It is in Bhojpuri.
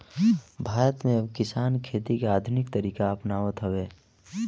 भारत में अब किसान खेती के आधुनिक तरीका अपनावत हवे